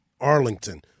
Arlington